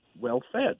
Well-fed